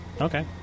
Okay